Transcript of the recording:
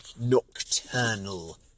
nocturnal